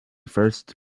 first